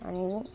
अनि